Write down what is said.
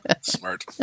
Smart